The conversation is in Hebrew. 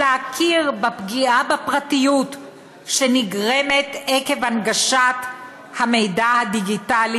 יש להכיר בפגיעה בפרטיות שנגרמת עקב הנגשת המידע הדיגיטלי